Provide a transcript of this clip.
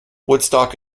woodstock